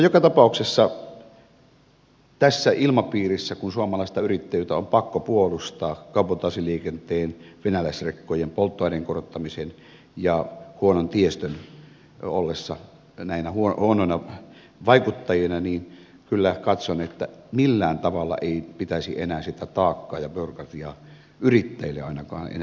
joka tapauksessa tässä ilmapiirissä kun suomalaista yrittäjyyttä on pakko puolustaa kabotaasiliikenteen venäläisrekkojen polttoaineen hinnan korottamisen ja huonon tiestön ollessa näinä huonoina vaikuttajina kyllä katson että millään tavalla ei enää pitäisi sitä taakkaa ja byrokratiaa ainakaan yrittäjille asettaa